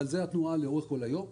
אבל זאת התנועה לאורך כל היום.